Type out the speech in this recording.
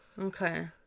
Okay